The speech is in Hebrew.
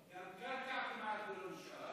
גם קרקע כמעט לא נשארה.